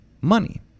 money